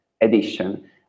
edition